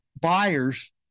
buyers